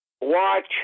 watch